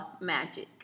magic